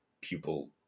pupil